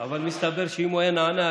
אבל מסתבר שאם הוא היה נענה,